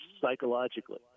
psychologically